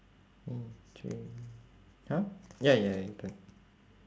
mm J !huh! ya ya your turn